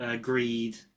greed